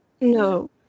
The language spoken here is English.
No